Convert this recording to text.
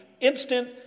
instant